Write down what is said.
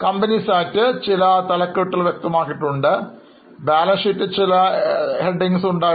company act ചില തലക്കെട്ടുകൾ വ്യക്തമാക്കിയിട്ടുണ്ട് ബാലൻസ് ഷീറ്റിൽ ചില തലക്കെട്ടുകൾ നമ്മൾ കണ്ടു